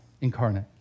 incarnate